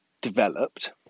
developed